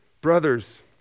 Brothers